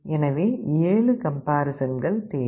எனவே 7 கம்பேரிசன்கள் தேவை